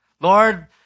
Lord